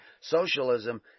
socialism